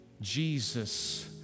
Jesus